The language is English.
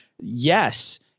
yes